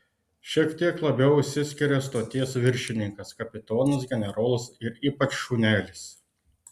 šiek tiek labiau išsiskiria stoties viršininkas kapitonas generolas ir ypač šunelis